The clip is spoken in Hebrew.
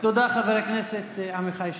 חבר הכנסת עמיחי שיקלי.